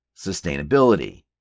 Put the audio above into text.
Sustainability